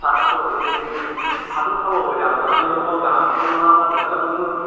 চাহ খালোঁ এই ভাতটো খাব হ'ব এতিয়া অলপ আকৌ গাঁৱৰ মানুহ নহয় আকৌ সোনকালে